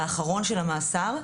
האחרון של המאסר,